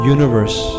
Universe